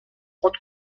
pot